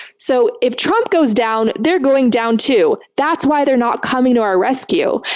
so if trump goes down, they're going down too. that's why they're not coming to our rescue.